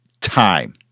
time